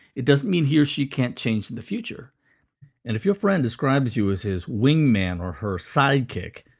it doesn't mean he or she can't change in the future. and if your friend describes you as his wingman or her sidekick,